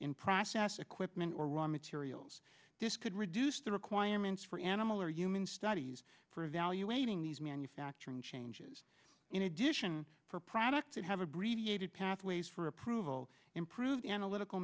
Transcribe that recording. in process equipment or raw materials this could reduce the requirements for animal or human studies for evaluating these manufacturing changes in addition for products that have abbreviated pathways for approval improved analytical